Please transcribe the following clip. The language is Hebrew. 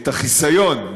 את החיסיון,